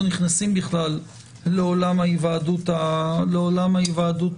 נכנסים בכלל לעולם ההיוועדות החזותית.